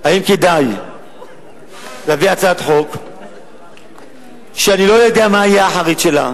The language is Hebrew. האם כדאי להביא הצעת חוק שאני לא יודע מה תהיה האחרית שלה,